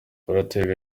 bateraga